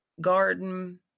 garden